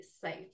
safe